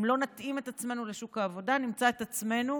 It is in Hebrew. אם לא נתאים את עצמנו לשוק העבודה נמצא את עצמנו,